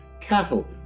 cattle